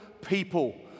people